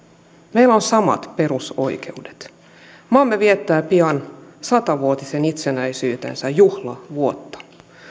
meillä on samat perusoikeudet maamme viettää pian sata vuotisen itsenäisyytensä juhlavuotta